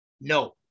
no